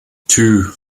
two